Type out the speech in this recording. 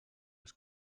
als